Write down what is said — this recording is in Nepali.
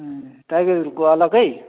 ए टाइगर हिलको अलग्गै